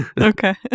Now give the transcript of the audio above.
okay